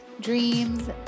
dreams